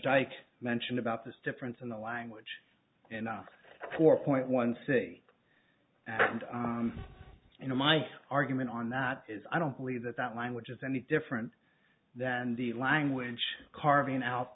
dyke mentioned about this difference in the language and four point one say and you know my argument on that is i don't believe that that language is any different than the language carving out